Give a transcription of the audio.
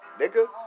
Nigga